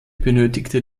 benötigte